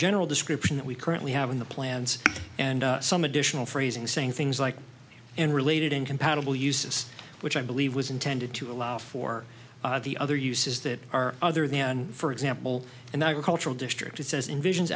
general description that we currently have in the plans and some additional phrasing saying things like and related incompatible uses which i believe was intended to allow for the other uses that are other than for example and not a cultural district it says envisions